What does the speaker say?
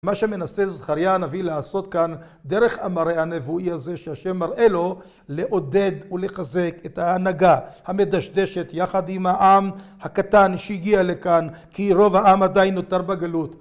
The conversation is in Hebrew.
מה שמנסה זכריה הנביא לעשות כאן, דרך המראה הנבואי הזה שהשם מראה לו, לעודד ולחזק את ההנהגה המדשדשת יחד עם העם הקטן שהגיע לכאן, כי רוב העם עדיין נותר בגלות.